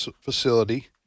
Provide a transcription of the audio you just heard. facility